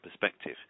perspective